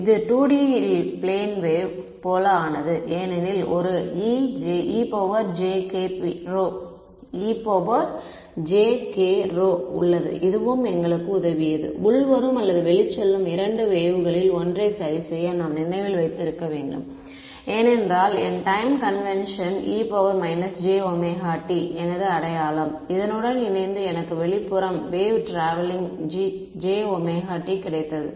இது 2D இல் plane wave போல ஆனது ஏனெனில் ஒரு e jkρ உள்ளது இதுவும் எங்களுக்கு உதவியது உள்வரும் அல்லது வெளிச்செல்லும் 2 வேவ்களில் ஒன்றை சரி செய்ய நாம் நினைவில் வைத்திருக்க வேண்டும் ஏனென்றால் என் டைம் கன்வென்சன் e jt எனது அடையாளம் இதனுடன் இணைந்து எனக்கு வெளிப்புறம் வேவ் ட்ராவெல்லிங் jt கிடைத்தது